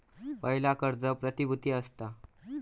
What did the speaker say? पयला कर्ज प्रतिभुती असता